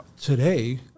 today